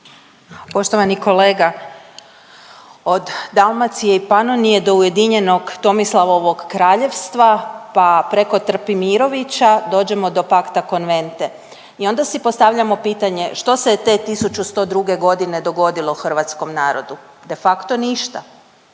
Poštovani kolega od Dalmacije i Panonije do ujedinjenog Tomislavovog kraljevstva pa preko Trpimirovića dođemo do Pakta Convente i onda si postavljamo pitanje što se je te 1102. godine dogodilo hrvatskom narodu. De facto ništa.